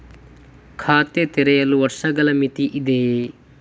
ಖಾತೆ ತೆರೆಯಲು ವರ್ಷಗಳ ಮಿತಿ ಇದೆಯೇ?